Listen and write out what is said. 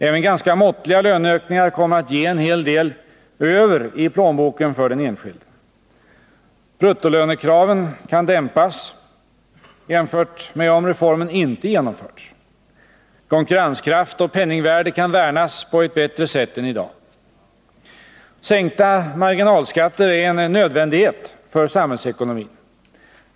Även ganska måttliga löneökningar kommer att ge en hel del över i plånboken för den enskilde. Bruttolönekraven kan dämpas, jämfört med om reformen inte genomförts, konkurrenskraft och penningvärde kan värnas på ett bättre sätt än i dag. Sänkta marginalskatter är en nödvändighet för samhällsekonomin.